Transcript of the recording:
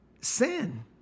sin